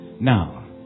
Now